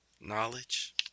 knowledge